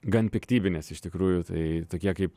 gan piktybinės iš tikrųjų tai tokie kaip